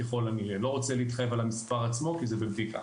אני לא רוצה להתחייב על המספר עצמו, כי זה בבדיקה.